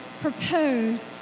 propose